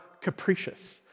capricious